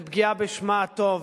לפגיעה בשמה הטוב,